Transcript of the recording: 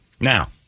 Now